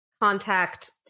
contact